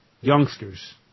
youngsters